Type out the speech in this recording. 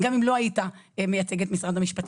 גם אם לא היית מייצג את משרד המשפטים,